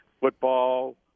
Football